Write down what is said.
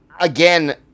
again